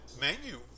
menu